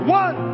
one